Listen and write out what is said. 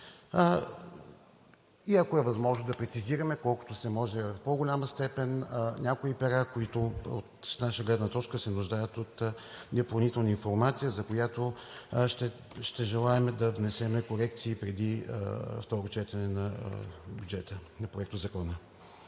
и ако е възможно да прецизираме колкото се може в по-голяма степен някои пера, които от наша гледна точка се нуждаят от допълнителна информация, за която желаем да внесем корекции преди второто четене на промените в Законопроекта за